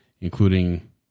including